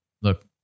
look